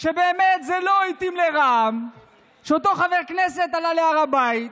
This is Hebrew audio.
שבאמת זה לא התאים לרע"מ שאותו חבר כנסת עלה להר הבית.